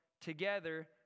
together